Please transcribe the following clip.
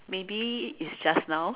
maybe it's just now